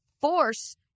force